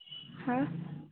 হ্যাঁ